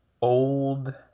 old